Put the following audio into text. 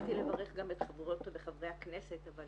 רציתי לברך גם את חברות וחברי הכנסת אבל